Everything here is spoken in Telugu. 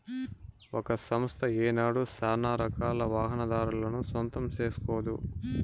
ఒక సంస్థ ఏనాడు సానారకాల వాహనాదారులను సొంతం సేస్కోదు